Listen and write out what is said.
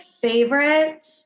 favorite